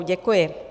Děkuji.